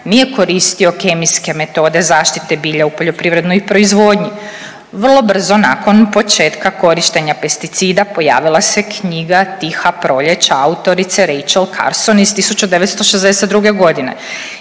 nije koristio kemijske metode zaštite bilja u poljoprivrednoj proizvodnji. Vrlo brzo nakon početka korištenja pesticida pojavila se knjiga Tiha proljeća autorice Rachel Carson iz 1962. g.